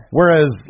Whereas